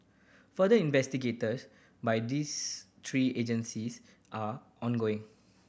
further investigators by these three agencies are ongoing